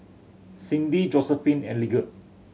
Cindi Josephine and Lige